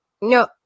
no